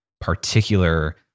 particular